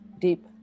deep